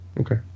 Okay